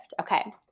Okay